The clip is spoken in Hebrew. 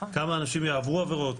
כמה אנשים יעברו עבירות,